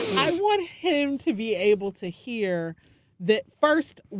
i want him to be able to hear that first.